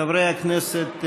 חברי הכנסת,